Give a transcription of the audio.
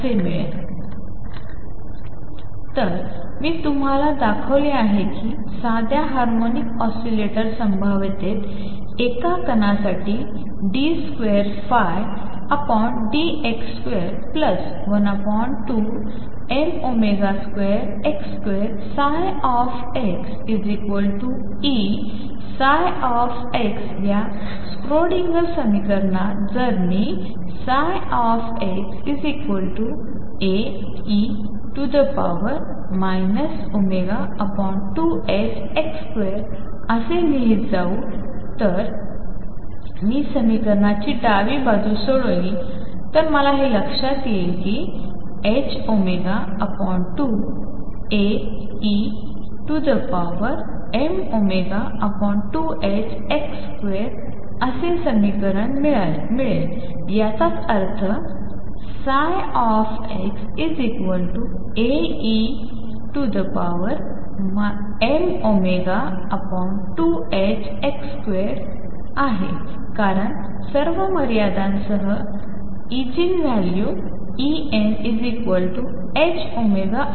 असे मिळेल तर मी तुम्हाला दाखविले आहे कि साध्या हार्मोनिक ऑसीलेटर संभाव्यतेच्या एका कणा साठीd2dx2 12m2x2xEψxया स्क्रोडिंगर समीकरणात जर मी ψ Ae mω2ℏx2 असे लिहीत जाऊन जर मी समीकरणांची डावी बाजू सोडविली तर मला ℏω2Ae mω2ℏx2 असे समीकरण मिळेल याचाच अर्थ ψ Ae mω2ℏx2 कारण सर्व मर्यादांसह ईगीनमूल्य E n ℏω2